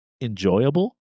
enjoyable